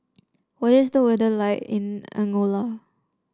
what is the weather like in Angola